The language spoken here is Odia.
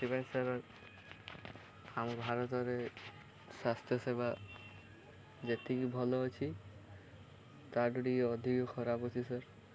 ସେଥିପାଇଁ ସାର୍ ଆମ ଭାରତରେ ସ୍ୱାସ୍ଥ୍ୟ ସେବା ଯେତିକି ଭଲ ଅଛି ତାଠୁ ଟିକେ ଅଧିକ ଖରାପ ଅଛି ସାର୍